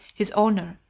his owner,